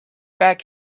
back